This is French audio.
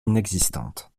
inexistante